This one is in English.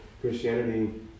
Christianity